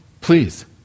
Please